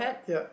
yep